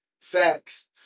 Facts